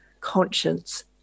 conscience